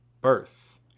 birth